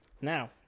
now